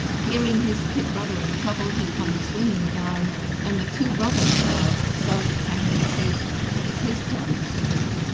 hearing his kid brother in trouble he comes swinging down and the two brothers now start attacking satan. it's his turn to scream.